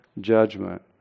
judgment